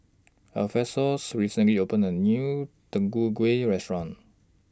Alphonsus recently opened A New Deodeok Gui Restaurant